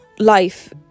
life